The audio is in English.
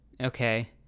okay